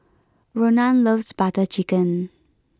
Ronan loves Butter Chicken